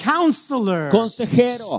Counselor